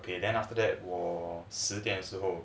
okay then after that 我十点之后